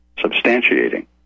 substantiating